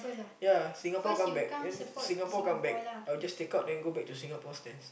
yeah Singapore comeback then Singapore come back I will just take out and go back to Singapore stands